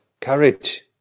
courage